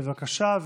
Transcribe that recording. בבקשה.